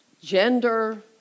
gender